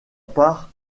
part